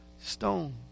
stone